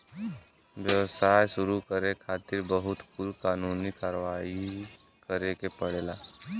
व्यवसाय शुरू करे खातिर बहुत कुल कानूनी कारवाही करे के पड़ेला